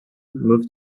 moved